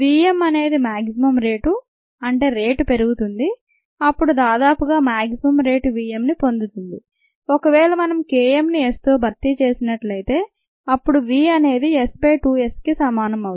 v m అనేది maximum rate అంటే rate పెరుగుతుంది అప్పుడు దాదాపుగా మాగ్జిమమ్ రేటు v m ని పొందుతుంది ఒకవేళ మనం K mని Sతో భర్తీ చేసినట్లయితే అప్పుడు v అనేది S బై 2 S కి సమానం